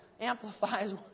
amplifies